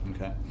okay